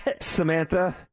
samantha